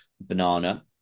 banana